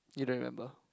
you don't remember